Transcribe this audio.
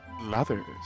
lovers